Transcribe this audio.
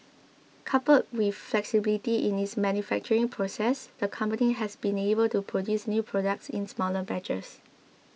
coupled with flexibility in its manufacturing process the company has been able to produce new products in smaller batches